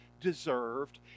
deserved